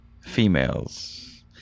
females